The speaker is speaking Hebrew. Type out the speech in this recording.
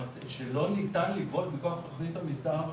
אני רוצה אולי לעמוד רגע על הנקודה של היטל השבחה.